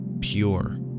pure